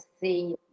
see